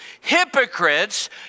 hypocrites